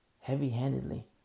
heavy-handedly